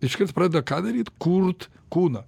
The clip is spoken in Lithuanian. iškart pradeda ką daryt kurt kūną